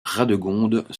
radegonde